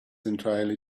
entirely